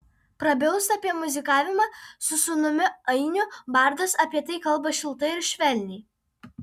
prabilus apie muzikavimą su sūnumi ainiu bardas apie tai kalba šiltai ir švelniai